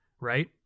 right